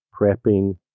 prepping